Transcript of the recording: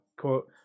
quote